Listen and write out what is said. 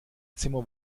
zimmer